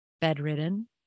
bedridden